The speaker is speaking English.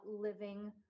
living